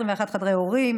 21 חדרי הורים,